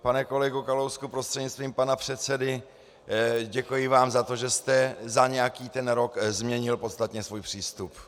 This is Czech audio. Pane kolego Kalousku prostřednictvím pana předsedy, děkuji vám za to, že jste za nějaký ten rok změnil podstatně svůj přístup.